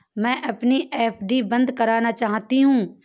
मैं अपनी एफ.डी बंद करना चाहती हूँ